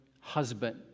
husband